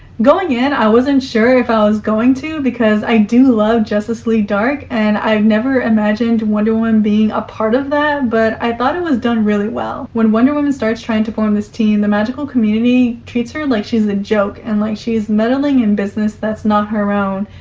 going in, i wasn't sure if i was going to because i do love justice league dark, and i've never imagined wonder woman being a part of that, but i thought it was done really well. when wonder woman starts trying to form this team, the magical community treats her like she's a joke and like she's meddling in business that's not her own,